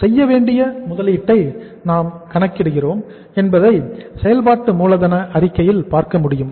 செய்யவேண்டிய முதலீட்டை நாம் கணக்கிடுகிறோம் என்பதை செயல்பாட்டு மூலதன அறிக்கையில் பார்க்க முடியும்